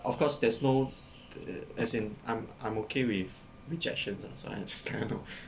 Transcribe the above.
but of course there's no as in I'm I'm okay with rejections ah so I just try lor